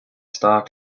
star